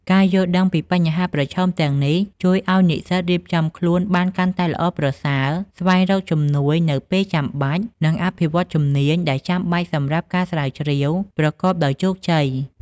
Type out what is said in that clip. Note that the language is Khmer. ការយល់ដឹងពីបញ្ហាប្រឈមទាំងនេះអាចជួយឱ្យនិស្សិតរៀបចំខ្លួនបានកាន់តែល្អប្រសើរ ស្វែងរកជំនួយនៅពេលចាំបាច់ និងអភិវឌ្ឍជំនាញដែលចាំបាច់សម្រាប់ការស្រាវជ្រាវប្រកបដោយជោគជ័យ។